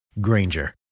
Granger